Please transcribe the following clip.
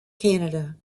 canada